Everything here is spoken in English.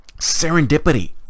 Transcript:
Serendipity